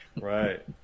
Right